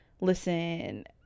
listen